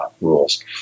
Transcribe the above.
rules